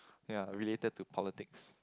ya related to politics